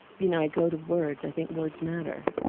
you know i go to words. i think words matter